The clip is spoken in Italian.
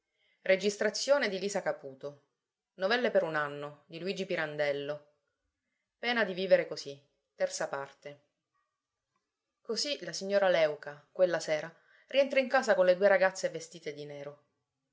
meglio che rimanga qua ancora per qualche giorno per liquidare quel suo triste passato così la signora léuca quella sera rientra in casa con le due ragazze vestite di nero